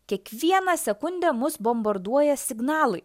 kiekvieną sekundę mus bombarduoja signalai